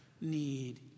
need